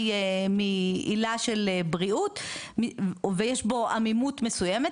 מעילה של בריאות ויש בו עמימות מסוימת.